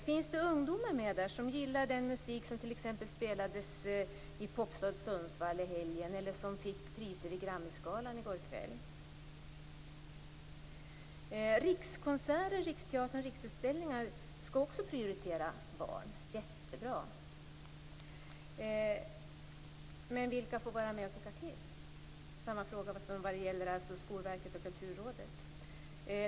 Finns det med ungdomar som gillar t.ex. den musik som spelades i Popstad Sundsvall i helgen eller som fick priser vid Grammisgalan i går kväll? Också Rikskonserter, Riksteatern och Riksutställningar skall prioritera barn. Jättebra! Men vilka får vara med om att tycka till? Det är samma fråga som beträffande Skolverket och Kulturrådet.